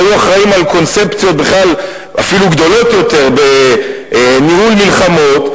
שהיו אחראים על קונספציות אפילו גדולות יותר בניהול מלחמות,